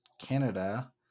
canada